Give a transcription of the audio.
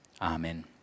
Amen